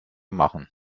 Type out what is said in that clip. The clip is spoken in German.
machen